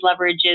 leverages